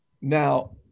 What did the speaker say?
Now